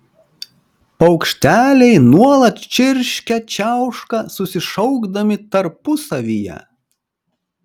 paukšteliai nuolat čirškia čiauška susišaukdami tarpusavyje